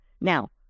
Now